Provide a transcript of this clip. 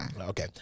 Okay